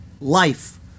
life